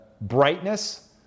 brightness